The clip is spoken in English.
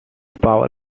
power